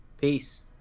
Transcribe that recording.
Peace